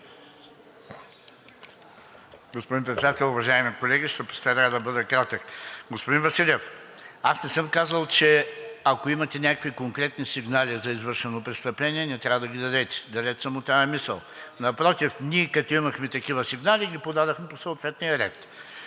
Господин Председател, уважаеми колеги! Ще се постарая да бъда кратък. Господин Василев, аз не съм казал, че ако имате някакви конкретни сигнали за извършено престъпление, не трябва да ги дадете, далеч съм от тази мисъл. Напротив, ние като имахме такива сигнали, ги подадохме по съответния ред.